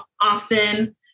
Austin